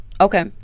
Okay